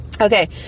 Okay